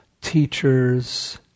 teachers